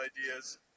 ideas